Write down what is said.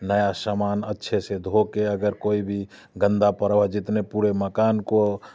नया सामान अच्छे से धोके अगर कोई भी गंदा पड़ा हुआ जितने पूरे मकान को